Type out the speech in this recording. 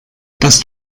das